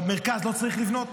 במרכז לא צריך לבנות?